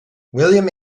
william